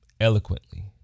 eloquently